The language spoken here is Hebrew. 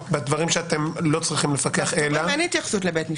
בדברים שאתם לא צריכים לפקח מה יש?